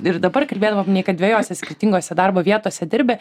ir dabar kalbėdama paminėjai kad dvejose skirtingose darbo vietose dirbi